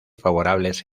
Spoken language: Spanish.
favorables